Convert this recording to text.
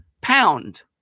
pound